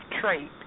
trait